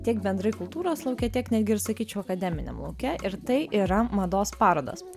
tiek bendrai kultūros lauke tiek netgi ir sakyčiau akademiniam lauke ir tai yra mados parodos